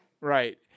Right